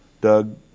Doug